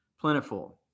plentiful